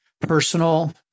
personal